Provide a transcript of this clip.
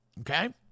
Okay